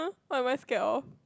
what am I scared of